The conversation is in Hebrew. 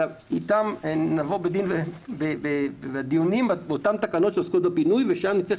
אלא ניכנס איתם לדיונים באותן תקנות שעוסקות בפינוי ושם נצטרך